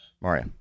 Mario